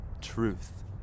truth